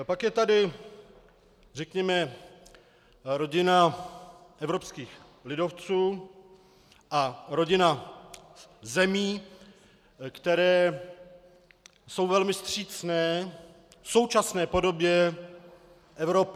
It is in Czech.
A pak je tady řekněme rodina evropských lidovců a rodina zemí, které jsou velmi vstřícné k současné podobě Evropy.